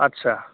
आदसा